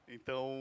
Então